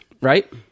right